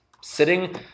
sitting